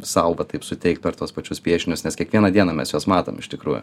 sau va taip suteikt per tuos pačius piešinius nes kiekvieną dieną mes juos matom iš tikrųjų